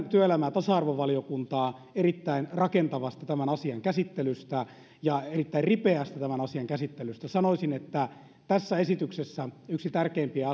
työelämä ja tasa arvovaliokuntaa tämän asian erittäin rakentavasta käsittelystä ja tämän asian erittäin ripeästä käsittelystä sanoisin että tässä esityksessä yksi tärkeimpiä